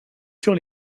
sur